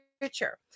future